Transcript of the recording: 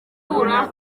gukura